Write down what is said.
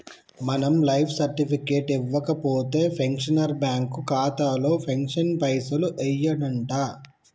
మనం life certificate ఇవ్వకపోతే pensioner bank ఖాతాలో పెన్షన్ పైసలు యెయ్యడంట